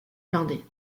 blindé